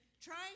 Trying